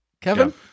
Kevin